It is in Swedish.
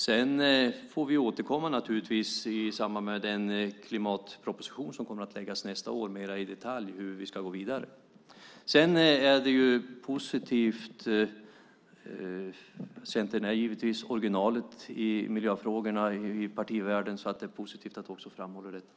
Sedan får vi naturligtvis återkomma mer i detalj om hur vi ska gå vidare i samband med den klimatproposition som kommer att läggas fram nästa år. Centern är givetvis originalet när det gäller miljöfrågorna i partivärlden, så det är positivt att Helena Leander också framhåller detta.